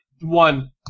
one